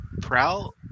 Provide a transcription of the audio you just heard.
Prowl